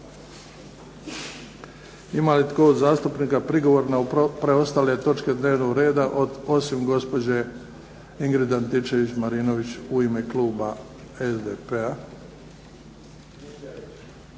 Ima li tko od zastupnika prigovor na preostale točke dnevnog reda, osim gospođe Ingrid Antičević Marinović u ime kluba SDP-a?